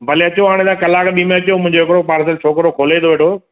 भले अचो हाणे तव्हां कलाकु ॿीं में अचो मुंहिंजो हिकिड़ो पार्सल छोकिरो खोले थो वेठो